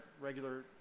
regular